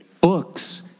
books